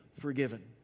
forgiven